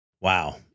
wow